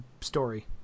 story